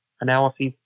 analysis